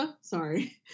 sorry